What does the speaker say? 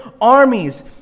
armies